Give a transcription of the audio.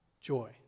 joy